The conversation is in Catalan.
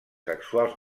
sexuals